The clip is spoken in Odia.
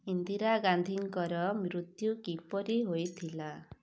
ଇନ୍ଦିରା ଗାନ୍ଧୀଙ୍କର ମୃତ୍ୟୁ କିପରି ହେଇଥିଲା